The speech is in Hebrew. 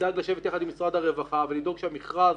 ידאג לשבת יחד עם משרד הרווחה ולדאוג שהמכרז